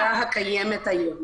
-- לפי הפסיקה הקיימת היום.